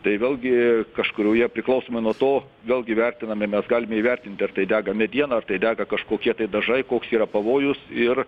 tai vėlgi kažkurioje priklausomai nuo to vėlgi vertiname mes galime įvertinti ar tai dega mediena ar tai dega kažkokie tai dažai koks yra pavojus ir